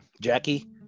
Jackie